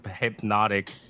hypnotic